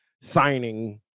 signing